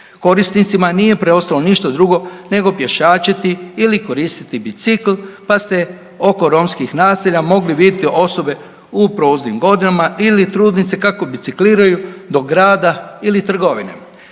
Korisnicima nije preostalo ništa drugo nego pješačiti ili koristiti bicikl pa ste oko romskih naselja mogli vidjeti osobe u proznim godina ili trudnice kako bicikliraju do grada ili trgovine.